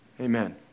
Amen